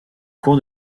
cours